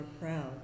proud